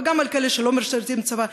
וגם על כאלה שלא משרתים בצבא,